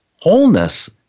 wholeness